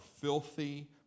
filthy